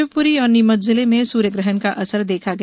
शिवप्री और नीमच जिले में सूर्यग्रहण का असर देखा गया